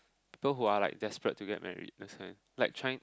people who are like desperate to get married those kind like trying